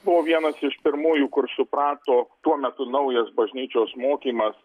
buvo vienas iš pirmųjų kur suprato tuo metu naujas bažnyčios mokymas